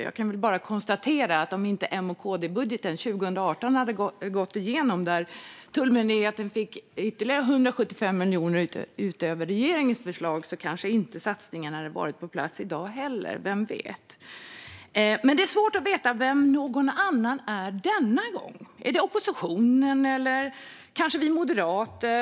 Jag kan bara konstatera att om inte M-KD-budgeten 2018 - där tullmyndigheten fick ytterligare 175 miljoner utöver regeringens förslag - hade gått igenom kanske inte satsningarna hade varit på plats i dag heller, vem vet? Men det är svårt att veta vem någon annan är denna gång. Är det oppositionen? Är det kanske vi moderater?